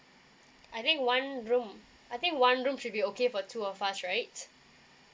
I think one room I think one room should be okay for two of us right